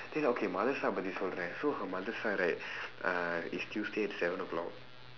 then okay her mother side about this whole right so her mother side right uh is tuesday seven o'clock